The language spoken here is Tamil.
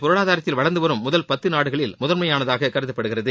பொருளாதாரத்தில் வளர்ந்து வரும் முதல் பத்து நாடுகளில் முதன்மையானதாக கருதப்படுகிறது